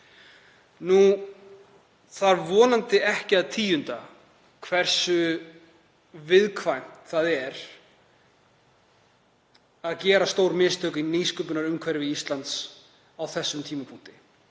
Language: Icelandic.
Nú þarf vonandi ekki að tíunda hversu viðkvæmt það er að gera stór mistök í nýsköpunarumhverfi Íslands á þessum tímapunkti